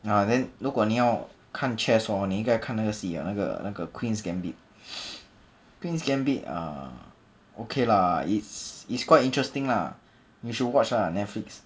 !wah! then 如果你要看 chess hor 你应该看那个系啊那个那个 queen's gambit queen's gambit uh okay lah it's it's quite interesting lah you should watch lah Netflix